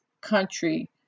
country